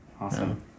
Awesome